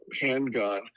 handgun